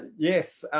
yes,